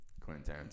Quentin